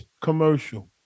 commercial